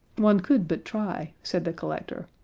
one could but try, said the collector,